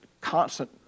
constant